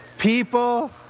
People